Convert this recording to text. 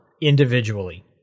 individually